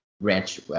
ranch